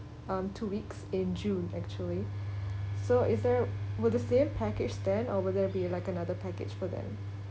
um two weeks in june actually so is there would the same package stand over there be like another package for then